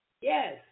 Yes